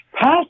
Pass